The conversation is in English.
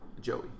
Joey